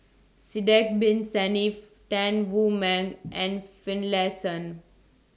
Sidek Bin Saniff Tan Wu Meng and Finlayson